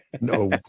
no